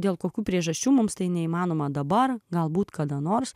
dėl kokių priežasčių mums tai neįmanoma dabar galbūt kada nors